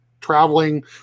traveling